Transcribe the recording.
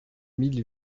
mille